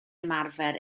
ymarfer